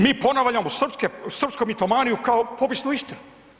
Mi ponavljamo srpsku mitomaniju kao povijesnu istinu.